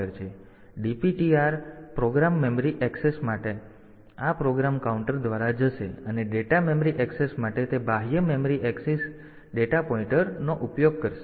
તેથી DPTR તેથી program memory access માટે તે આ પ્રોગ્રામ કાઉન્ટર દ્વારા જશે અને ડેટા મેમરી એક્સેસ માટે તે બાહ્ય મેમરી એક્સિસ માટે આ ડેટા પોઇન્ટર દ્વારા જશે